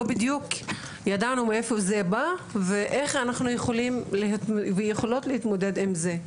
בדיוק ידענו מאיפה זה בא ואיך אנחנו יכולים ויכולות להתמודד עם זה.